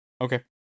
Okay